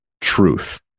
truth